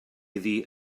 iddi